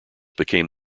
became